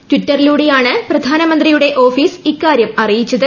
ടിറ്ററിലൂടെയാണ് പ്രധാനമന്ത്രിയുടെ ഓഫീസ് ഇക്കാരൃം അറിയിച്ചത്